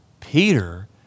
Peter